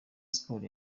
sports